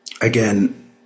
again